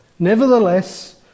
Nevertheless